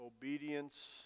Obedience